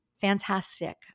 fantastic